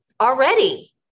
already